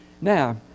Now